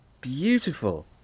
Beautiful